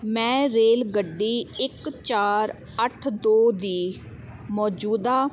ਮੈਂ ਰੇਲਗੱਡੀ ਇੱਕ ਚਾਰ ਅੱਠ ਦੋ ਦੀ ਮੌਜੂਦਾ